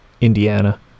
Indiana